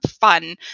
fun